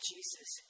Jesus